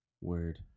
word